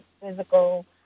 physical